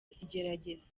igeragezwa